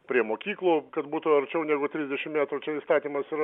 prie mokyklų kad būtų arčiau negu trisdešim metrų čia įstatymas yra